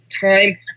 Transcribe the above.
time